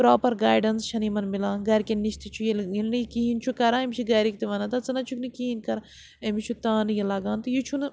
proper guidance چھَنہٕ یِمَن مِلان گَرِکٮ۪ن نِش تہِ چھُ ییٚلہِ ییٚلہِ نہٕ یہِ کِہیٖنۍ چھُ کَران أمِس چھِ گَرِکۍ تہِ وَنان تا ژٕ نہ چھُکھ نہٕ کِہیٖنۍ کَران أمِس چھُ تانہٕ یہِ لَگان تہٕ یہِ چھُنہٕ